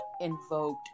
invoked